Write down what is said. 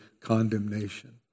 condemnation